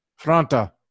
Franta